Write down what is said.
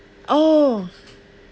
oh